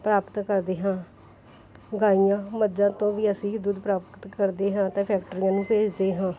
ਪ੍ਰਾਪਤ ਕਰਦੇ ਹਾਂ ਗਾਈਆਂ ਮੱਝਾਂ ਤੋਂ ਵੀ ਅਸੀਂ ਦੁੱਧ ਪ੍ਰਾਪਤ ਕਰਦੇ ਹਾਂ ਤਾਂ ਫੈਕਟਰੀਆਂ ਨੂੰ ਭੇਜਦੇ ਹਾਂ